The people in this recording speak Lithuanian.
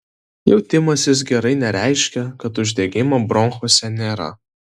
jautimasis gerai nereiškia kad uždegimo bronchuose nėra